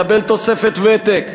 מקבל תוספת ותק,